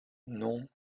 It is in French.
non